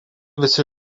visi